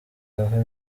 aho